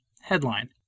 Headline